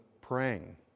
praying